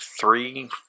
three